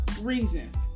reasons